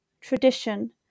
tradition